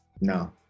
No